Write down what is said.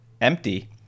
empty